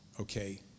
okay